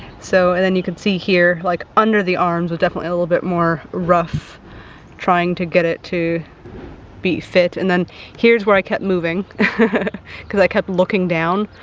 so, and then you can see here, like under the arms was definitely a little bit more rough trying to get it to be fit. and then here's where i kept moving cause i kept looking down.